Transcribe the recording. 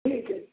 ठीक अइ